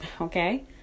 Okay